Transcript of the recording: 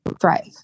thrive